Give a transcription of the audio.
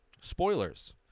spoilers